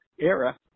era